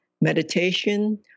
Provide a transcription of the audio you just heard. Meditation